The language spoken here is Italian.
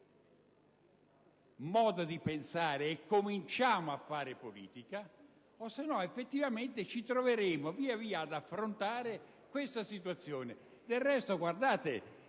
modo di pensare e cominciamo a fare politica o, effettivamente, ci troveremo progressivamente ad affrontare questa situazione. Del resto, è dalla